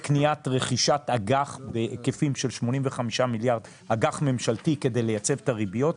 מרכישת אג"ח ממשלתי בהיקפים של 85 מיליארד כדי לייצב את הריביות.